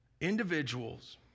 individuals